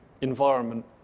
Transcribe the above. environment